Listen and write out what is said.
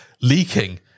leaking